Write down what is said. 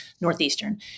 Northeastern